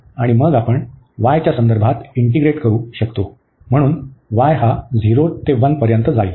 आणि मग आपण y च्या संदर्भात इंटीग्रेट करू शकतो म्हणून y हा 0 ते 1 पर्यंत जाईल